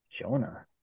Jonah